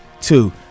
two